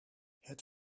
het